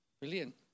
Brilliant